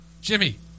Jimmy